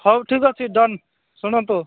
ହଉ ଠିକ ଅଛି ଡନ୍ ଶୁଣନ୍ତୁ